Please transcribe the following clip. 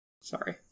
Sorry